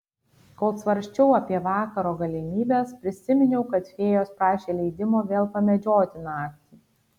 kol svarsčiau apie vakaro galimybes prisiminiau kad fėjos prašė leidimo vėl pamedžioti naktį